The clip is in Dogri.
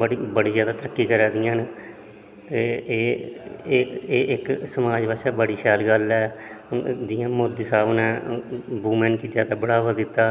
बड़ी बड़ी ज्यादा तरक्की करा दियां न ते एह् एह् इक समाज आस्तै बड़ी शैल गल्ल ऐ जियां मोदी साह्ब ने वुमन गी ज्यादा बढ़ावा दित्ता